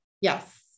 Yes